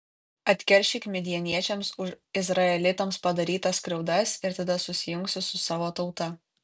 atkeršyk midjaniečiams už izraelitams padarytas skriaudas ir tada susijungsi su savo tauta